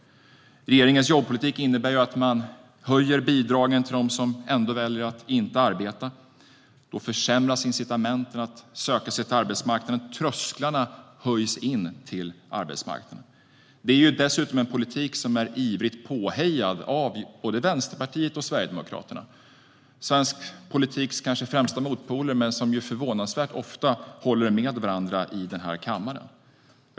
Regeringens jobbpolitik innebär att man höjer bidragen till dem som ändå väljer att inte arbeta. Då försämras incitamenten att söka sig till arbetsmarknaden, och trösklarna in till arbetsmarknaden höjs. Det är dessutom en politik som är ivrigt påhejad av både Vänsterpartiet och Sverigedemokraterna, alltså svensk politiks kanske främsta motpoler men som förvånansvärt ofta håller med varandra i denna kammare.